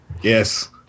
Yes